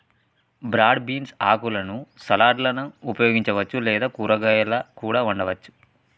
broad beans ఆకులను సలాడ్లలో ఉపయోగించవచ్చు లేదా కూరగాయాలా కూడా వండవచ్చు